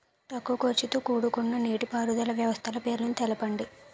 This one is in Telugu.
తక్కువ ఖర్చుతో కూడుకున్న నీటిపారుదల వ్యవస్థల పేర్లను తెలపండి?